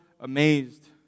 amazed